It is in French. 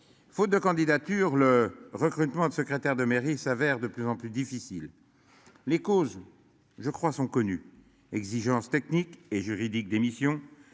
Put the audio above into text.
Faute de candidature le recrutement de secrétaires de mairie s'avère de plus en plus difficile. Les causes je crois sont connus exigences techniques et juridiques d'.